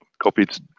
copied